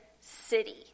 City